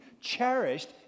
cherished